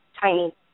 tiny